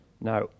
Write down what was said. Now